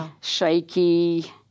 shaky